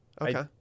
Okay